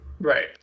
Right